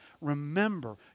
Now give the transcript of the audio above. remember